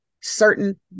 certain